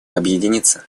объединиться